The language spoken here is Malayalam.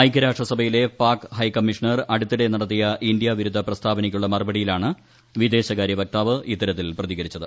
ഐക്യരാഷ്ട്ര സഭയിലെ പാക് ഹൈക്കമ്മീഷണർ അടുത്തിടെ നടത്തിയ ഇന്ത്യ വിരുദ്ധ പ്രസ്താവനയ്ക്കുള്ള മറുപടിയിലാണ് വിദേശകാര്യ വക്താവ് ഇത്തരത്തിൽ പ്രതികരിച്ചത്